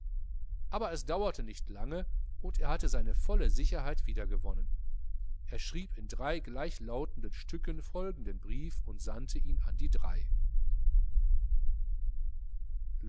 aber es dauerte nicht lange und er hatte seine volle sicherheit wiedergewonnen er schrieb in drei gleichlautenden stücken folgenden brief und sandte ihn an die drei